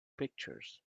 pictures